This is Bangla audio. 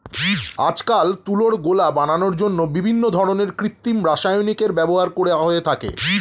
আজকাল তুলোর গোলা বানানোর জন্য বিভিন্ন ধরনের কৃত্রিম রাসায়নিকের ব্যবহার করা হয়ে থাকে